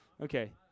okay